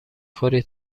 خوری